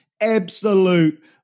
absolute